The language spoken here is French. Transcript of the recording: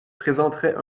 présenterait